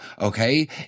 okay